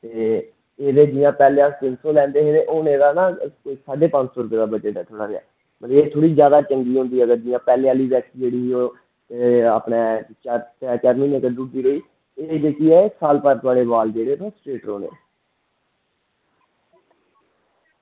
ते एह् जेह्ड़े पैह्लें लैंदा ना ओह् ना ओह् कोई साढ़े पंज सौ दा बजट ऐ एह् थोह्ड़ी जादा चलदी ते पैह्लें आह्ली जेह्ड़ी वैक्स हाी ओह् एह् अपने चार म्हीनै कड्ढी ओड़दी रेही एह् जेह्की ऐ एह् साल भर बाल जेह्डे थुआढ़े स्ट्रेट रौहने